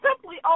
simply